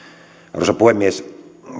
arvoisa puhemies